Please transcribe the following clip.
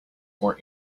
more